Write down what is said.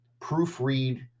proofread